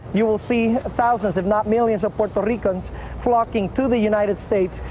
you will see thousands if not millions of puerto ricans flocking to the united states,